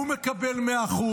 הוא מקבל 100%,